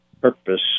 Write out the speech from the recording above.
purpose